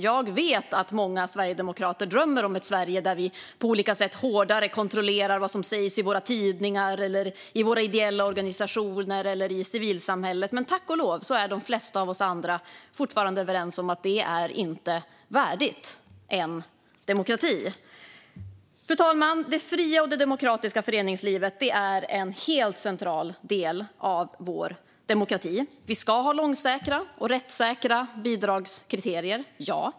Jag vet att många sverigedemokrater drömmer om ett Sverige där vi på olika sätt hårdare kontrollerar vad som sägs i våra tidningar, i våra ideella organisationer eller i civilsamhället. Men tack och lov är de flesta av oss andra fortfarande överens om att det inte är värdigt en demokrati. Fru talman! Det fria och det demokratiska föreningslivet är en helt central del av vår demokrati. Vi ska ha rättssäkra bidragskriterier - ja.